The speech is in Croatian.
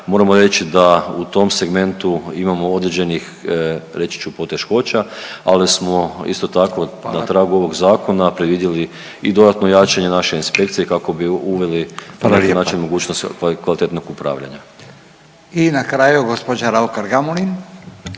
moramo reći da u tom segmentu imamo određenih, reći ću, poteškoća, ali smo isto tako na tragu ovog zakona predvidjeli i dodatno jačanje naše inspekcije kako bi uveli .../Upadica: Hvala lijepa./... .../Govornik